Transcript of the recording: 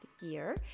year